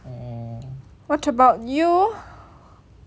what about you